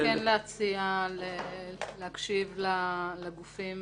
להציע להקשיב לגופים